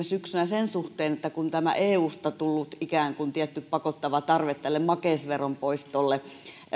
syksynä sen suhteen että kun tämä eusta tullut ikään kuin tietty pakottava tarve tälle makeisveron poistolle